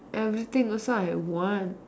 everything also I want